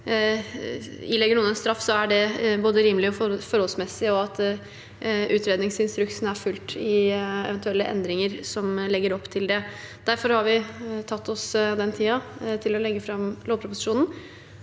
ilegger noen en straff, er det både rimelig og forholdsmessig, og at utredningsinstruksen er fulgt i eventuelle endringer som legger opp til det. Derfor har vi tatt oss den tiden til å legge fram lovproposisjonen.